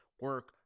Work